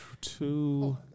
two